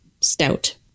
Stout